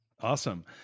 Awesome